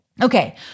Okay